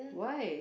why